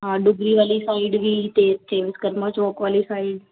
ਹਾਂ ਡੁਗਰੀ ਵਾਲੀ ਸਾਈਡ ਵੀ ਅਤੇ ਇੱਥੇ ਵਿਸ਼ਕਰਮਾ ਚੌਕ ਵਾਲੀ ਸਾਈਡ